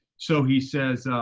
so he says,